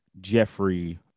Jeffrey